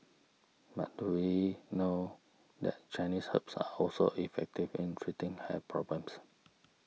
but do we know that Chinese herbs are also effective in treating hair problems